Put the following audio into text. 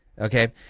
Okay